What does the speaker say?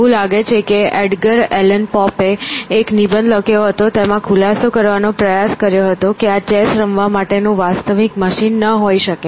એવું લાગે છે કે એડગર એલન પોપે એક નિબંધ લખ્યો હતો તેમાં ખુલાસો કરવાનો પ્રયાસ કર્યો હતો કે આ ચેસ રમવા માટેનું વાસ્તવિક મશીન ન હોઈ શકે